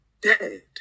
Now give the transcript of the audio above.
dead